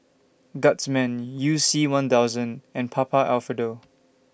Guardsman YOU C one thousand and Papa Alfredo